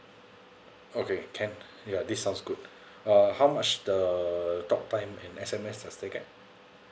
okay can ya this sounds good uh how much the talk time and S_M_S does it get